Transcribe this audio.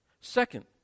Second